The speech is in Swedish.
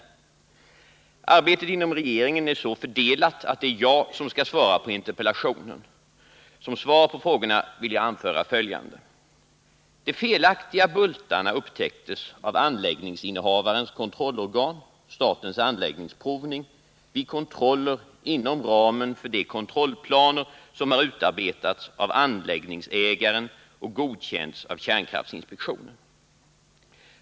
Arbetet inom regeringen är så fördelat att det är jag som skall svara på interpellationen. Som svar på frågorna vill jag anföra följande. De felaktiga bultarna upptäcktes av anläggningsinnehavarens kontrollorgan, statens anläggningsprovning, vid kontroller inom ramen för de kontrollplaner som har utarbetats av anläggningsägaren och godkänts av kärnkraftinspektionen.